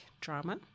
drama